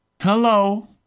Hello